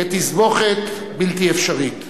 כתסבוכת בלתי אפשרית.